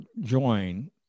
join